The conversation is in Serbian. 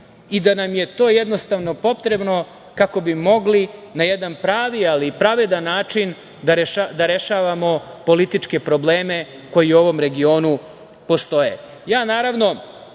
i da nam je to jednostavno potrebno kako bi mogli da jedan pravi, ali i pravedan način da rešavamo političke probleme koji u ovom regionu postoje. Naravno